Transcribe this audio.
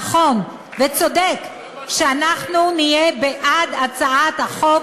הנכון והצודק שאנחנו נהיה בעד הצעת החוק